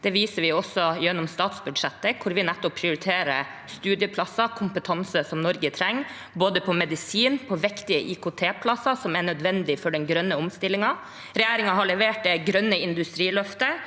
Det viser vi også gjennom statsbudsjettet, hvor vi nettopp prioriterer studieplasser – kompetanse som Norge trenger på medisin, og på viktige IKT-plasser som er nødvendige for den grønne omstillingen. Regjeringen har levert det grønne industriløftet.